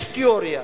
יש תיאוריה,